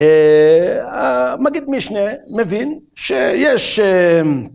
מגיד משנה מבין שיש